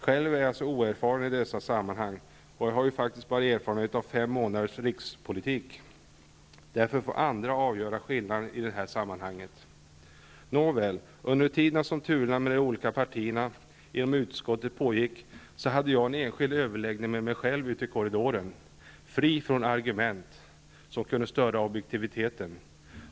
Själv är jag så oerfaren i dessa sammanhang -- jag har ju faktiskt bara fem månaders erfarenhet av rikspolitik -- att andra får avgöra skillnaden i det här fallet. Nåväl, under tiden som turerna mellan de olika partierna inom utskottet pågick hade jag en enskild överläggning med mig själv ute i korridoren, fri ifrån argument som kunde störa objektiviteten.